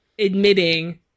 admitting